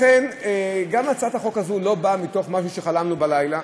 לכן גם הצעת החוק הזאת לא באה מתוך משהו שחלמנו בלילה.